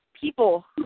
people